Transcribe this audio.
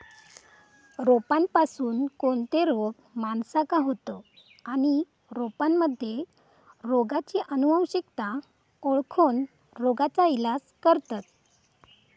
रोपांपासून कोणते रोग माणसाका होतं आणि रोपांमध्ये रोगाची अनुवंशिकता ओळखोन रोगाचा इलाज करतत